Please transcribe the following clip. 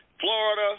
Florida